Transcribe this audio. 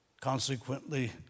Consequently